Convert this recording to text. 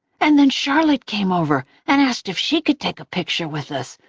and then charlotte came over and asked if she could take a picture with us,